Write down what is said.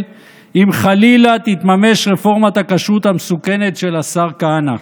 אם חלילה תתממש רפורמת הכשרות המסוכנת של השר כהנא.